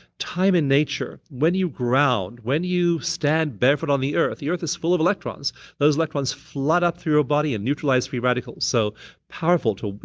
time in nature when you ground, when you stand barefoot on the earth, the earth is full of electrons those electrons flood up through your body and neutralize free radicals, so powerful tool.